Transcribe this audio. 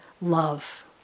love